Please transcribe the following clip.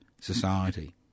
society